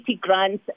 grants